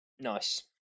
Nice